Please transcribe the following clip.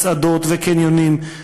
מסעדות וקניונים,